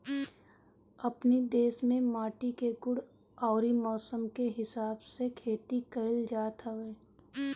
अपनी देस में माटी के गुण अउरी मौसम के हिसाब से खेती कइल जात हवे